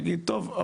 יגיד טוב,